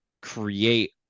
create